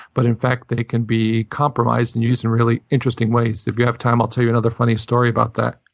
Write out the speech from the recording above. but in fact, they can be compromised and used in really interesting ways. if you have time, i'll tell you another funny story about that.